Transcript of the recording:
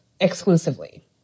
exclusively